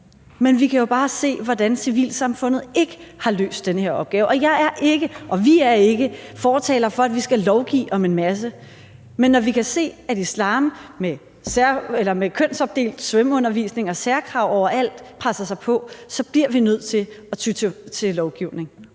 Men vi kan jo bare se, hvordan civilsamfundet ikke har løst den her opgave. Jeg er ikke og vi er ikke fortalere for, at der skal lovgives om en masse, men når vi kan se, at islam med kønsopdelt svømmeundervisning og særkrav overalt presser sig på, så bliver vi nødt til at ty til lovgivning.